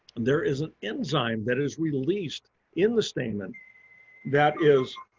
and there is an enzyme that is released in the stamen that is